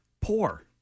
Poor